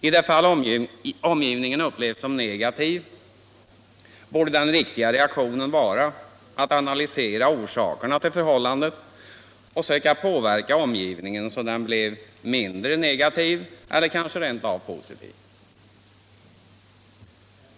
I det fall omgivningen upplevs som negativ borde den riktiga reaktionen vara att analysera orsakerna till det och söka påverka omgivningen så att den blir mindre negativ eller kanske rent av positiv.